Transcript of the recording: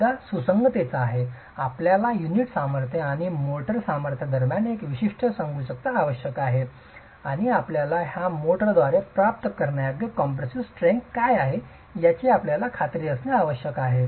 मुद्दा सुसंगततेचा आहे आपल्याला युनिट सामर्थ्य आणि मोर्टार सामर्थ्या दरम्यान एक विशिष्ट सुसंगतता आवश्यक आहे आणि आपल्याला या मोर्टारद्वारे प्राप्त करण्यायोग्य कॉम्प्रेसीव स्ट्रेंग्थ काय आहे याची आपल्याला खात्री असणे आवश्यक आहे